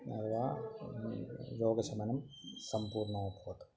न वा रोगशमनं सम्पूर्णम् अभवत्